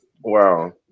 wow